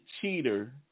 cheater